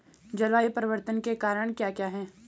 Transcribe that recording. जलवायु परिवर्तन के कारण क्या क्या हैं?